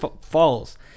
falls